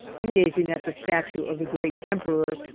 when gazing at the statue of the great emperor,